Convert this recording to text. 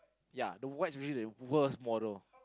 ya the white especially the worst model